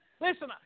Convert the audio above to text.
Listen